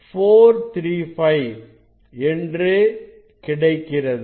435 என்று கிடைக்கிறது